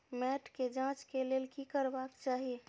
मैट के जांच के लेल कि करबाक चाही?